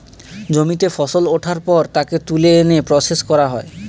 জমিতে ফসল ওঠার পর তাকে তুলে এনে প্রসেস করা হয়